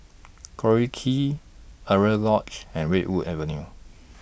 Collyer Quay Alaunia Lodge and Redwood Avenue